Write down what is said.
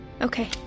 Okay